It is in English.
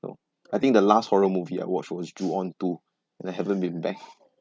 so I think the last horror movie I watch was ju on two and I haven't been back